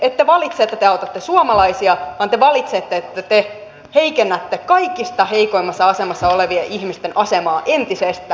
ette valitse että te autatte suomalaisia vaan te valitsette että te heikennätte kaikista heikoimmassa asemassa olevien ihmisten asemaa entisestään